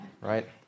Right